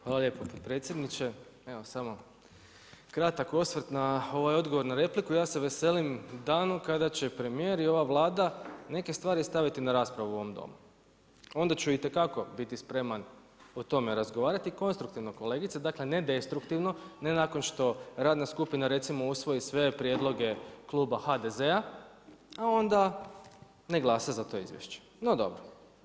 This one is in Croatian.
Hvala lijepo potpredsjedniče, evo samo kratak osvrt na ovaj odgovor na repliku, ja se veselim danu kada će premijer i ova Vlada neke stvari staviti na raspravu u ovom domu, onda ću itekako biti spreman o tome razgovarati i konstruktivno kolegice, dakle ne destruktivno, ne nakon što radna skupina recimo usvoji sve prijedloge Kluba HDZ-a a onda ne glasa za to izvješće, no dobro.